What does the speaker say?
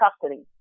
custody